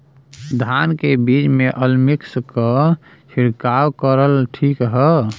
धान के बिज में अलमिक्स क छिड़काव करल ठीक ह?